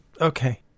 Okay